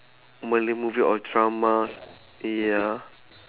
malay movie or dramas ya